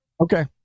Okay